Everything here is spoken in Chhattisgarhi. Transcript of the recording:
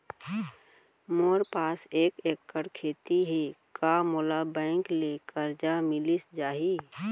मोर पास एक एक्कड़ खेती हे का मोला बैंक ले करजा मिलिस जाही?